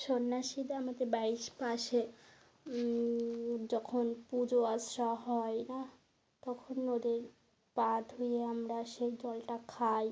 সন্ন্যাসীরা আমাদের বাড়ির পাশে যখন পুজো আরচা হয় না তখন ওদের পা ধুয়ে আমরা সেই জলটা খাই